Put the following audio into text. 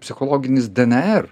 psichologinis dnr